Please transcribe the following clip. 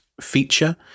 feature